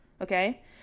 Okay